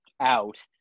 out